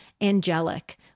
angelic